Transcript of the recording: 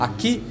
Aqui